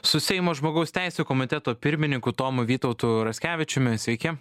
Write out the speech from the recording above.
su seimo žmogaus teisių komiteto pirmininku tomu vytautu raskevičiumi sveiki